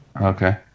okay